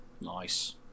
nice